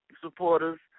supporters